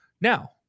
Now